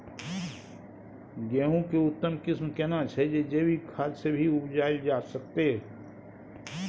गेहूं के उत्तम किस्म केना छैय जे जैविक खाद से भी उपजायल जा सकते?